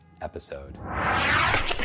episode